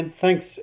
thanks